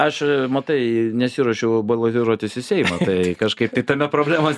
aš matai nesiruošiau balotiruotis į seimą tai kažkaip tai tame problemos